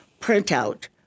Printout